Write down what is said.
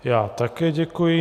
Já také děkuji.